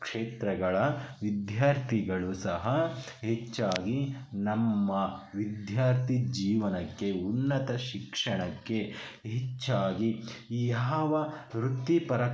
ಕ್ಷೇತ್ರಗಳ ವಿದ್ಯಾರ್ಥಿಗಳು ಸಹ ಹೆಚ್ಚಾಗಿ ನಮ್ಮ ವಿದ್ಯಾರ್ಥಿ ಜೀವನಕ್ಕೆ ಉನ್ನತ ಶಿಕ್ಷಣಕ್ಕೆ ಹೆಚ್ಚಾಗಿ ಈ ಯಾವ ವತ್ತಿಪರ